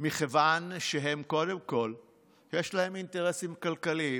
מכיוון שהם, קודם כול, יש להם אינטרסים כלכליים,